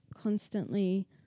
constantly